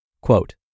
Quote